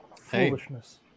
Foolishness